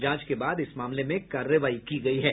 जांच के बाद इस मामले में कार्रवाई की गयी है